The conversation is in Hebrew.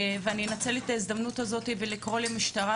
אני מנצלת את ההזדמנות הזו לקרוא למשטרה